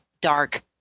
dark